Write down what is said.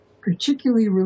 particularly